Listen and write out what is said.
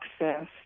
access